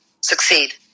succeed